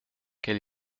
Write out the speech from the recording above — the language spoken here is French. quel